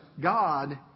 God